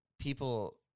people